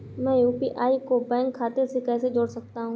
मैं यू.पी.आई को बैंक खाते से कैसे जोड़ सकता हूँ?